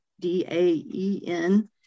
D-A-E-N